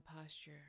posture